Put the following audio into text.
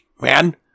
man